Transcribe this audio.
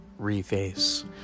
reface